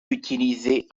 utilisés